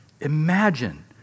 Imagine